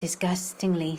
disgustingly